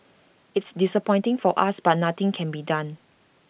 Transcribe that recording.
it's disappointing for us but nothing can be done